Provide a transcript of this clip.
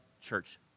church